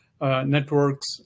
networks